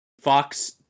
fox